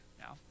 Now